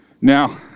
Now